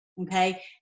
Okay